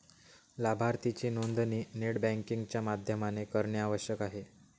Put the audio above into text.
लाभार्थीची नोंदणी net banking च्या माध्यमाने करणे आवश्यक आहे